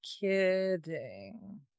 kidding